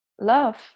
love